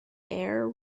air